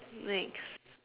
next